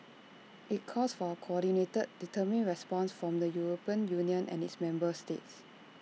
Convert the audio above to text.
IT calls for A coordinated determined response from the european union and its member states